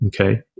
Okay